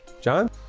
John